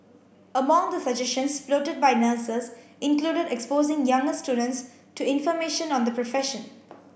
among the suggestions floated by nurses included exposing younger students to information on the profession